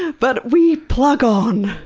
but we plug on.